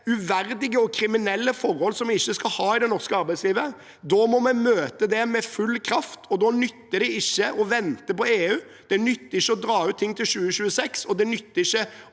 uverdige og kriminelle forhold som vi ikke skal ha i det norske arbeidslivet. Vi må møte det med full kraft, og da nytter det ikke å vente på EU. Det nytter ikke å dra ut ting til 2026, og det nytter ikke